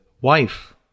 wife